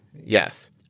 Yes